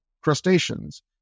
crustaceans